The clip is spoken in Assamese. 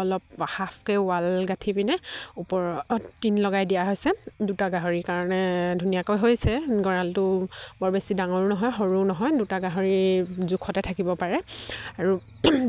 অলপ হাফকৈ ৱাল গাঁঠি পিনে ওপৰত টিন লগাই দিয়া হৈছে দুটা গাহৰিৰ কাৰণে ধুনীয়াকৈ হৈছে গঁৰালটো বৰ বেছি ডাঙৰো নহয় সৰুও নহয় দুটা গাহৰি জোখতে থাকিব পাৰে আৰু